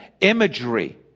imagery